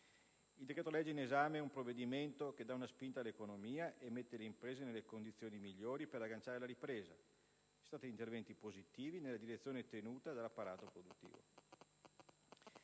concrete. È un provvedimento che dà una spinta all'economia e mette le imprese nelle condizioni migliori per agganciare la ripresa. Si tratta di interventi positivi, nella direzione voluta dall'apparato produttivo.